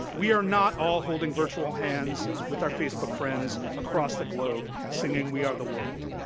we are not all holding virtual hands with our facebook friends across the globe singing, we are the world.